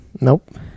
Nope